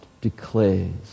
declares